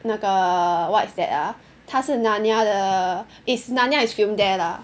那个 what's that ah 他是 Narnia 的 is Narnia is filmed there lah